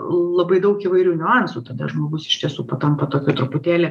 labai daug įvairių niuansų tada žmogus iš tiesų patampa tokiu truputėlį